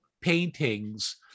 paintings